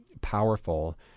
powerful